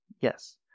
Yes